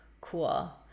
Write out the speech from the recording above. cool